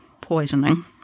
poisoning